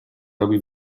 robi